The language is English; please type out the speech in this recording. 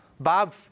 Bob